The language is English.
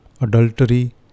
adultery